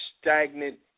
stagnant